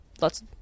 lots